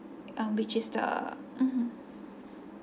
um which is the mmhmm